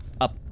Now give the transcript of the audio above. up